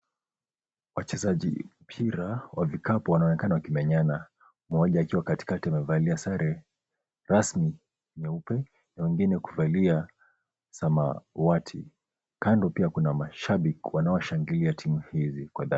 Wachezaji mpira wa kikapu wanaonekana wakimenyana. Moja akiwa katikati amevalia sare rasmi nyeupe na wengine kuvalia samawati. Kando pia kuna mashabiki wanaoshangilia timu hizi kwa dhati.